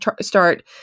start